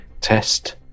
test